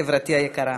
חברתי היקרה.